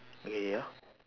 okay ya